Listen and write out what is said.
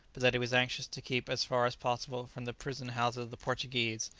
but that he was anxious to keep as far as possible from the prison-houses of the portuguese,